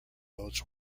notes